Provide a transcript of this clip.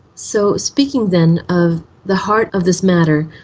so speaking then of the heart of this matter,